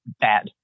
bad